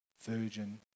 virgin